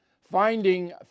Finding